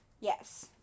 Yes